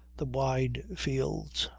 the wide fields,